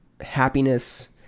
happiness